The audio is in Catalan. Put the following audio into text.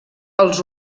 els